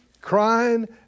crying